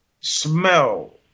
smell